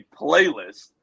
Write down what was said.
playlist